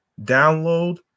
download